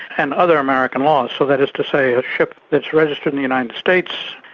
and other american laws, so that is to say a ship that's registered in the united states,